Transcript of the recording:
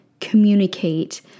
communicate